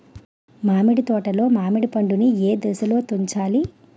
మామిడి తోటలో మామిడి పండు నీ ఏదశలో తుంచాలి?